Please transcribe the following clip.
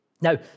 Now